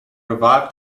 revived